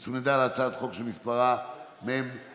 ההצעה הוצמדה להצעת חוק שמספרה מ/1543.